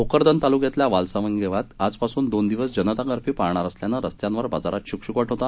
भोकरदन तालुक्यातल्या वालसावंगी गावात आजपासून दोन दिवस जनता कर्फ्यू पाळणार असल्यानं रस्त्यांवर बाजारात शुकशुकाट होता